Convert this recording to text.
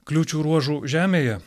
kliūčių ruožų žemėje